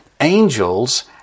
angels